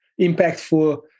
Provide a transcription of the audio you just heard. impactful